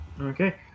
Okay